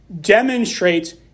demonstrates